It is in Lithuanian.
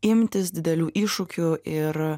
imtis didelių iššūkių ir